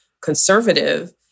conservative